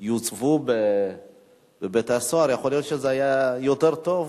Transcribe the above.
יוצבו בבתי-הסוהר, יכול להיות שזה היה יותר טוב.